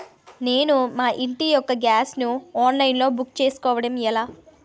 నేను మా ఇంటి యెక్క గ్యాస్ ను ఆన్లైన్ లో బుక్ చేసుకోవడం ఎలా?